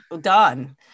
done